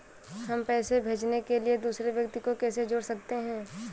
हम पैसे भेजने के लिए दूसरे व्यक्ति को कैसे जोड़ सकते हैं?